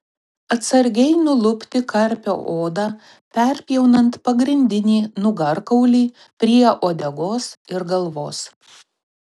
atsargiai nulupti karpio odą perpjaunant pagrindinį nugarkaulį prie uodegos ir galvos